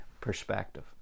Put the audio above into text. perspective